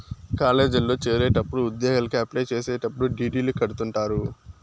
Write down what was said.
కాలేజీల్లో చేరేటప్పుడు ఉద్యోగలకి అప్లై చేసేటప్పుడు డీ.డీ.లు కడుతుంటారు